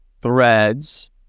threads